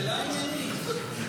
שאלה עניינית.